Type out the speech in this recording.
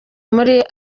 muri